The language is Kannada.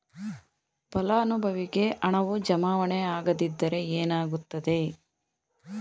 ಫಲಾನುಭವಿಗೆ ಹಣವು ಜಮಾವಣೆ ಆಗದಿದ್ದರೆ ಏನಾಗುತ್ತದೆ?